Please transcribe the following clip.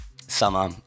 Summer